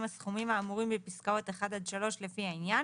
הסכומים האמורים בפסקאות (1) עד (3) לפי העניין